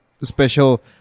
special